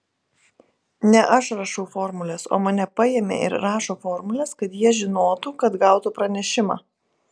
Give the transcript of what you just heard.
ne aš rašau formules o mane paėmė ir rašo formules kad jie žinotų kad gautų pranešimą